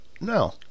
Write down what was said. No